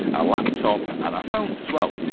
our laptop and our phones as well.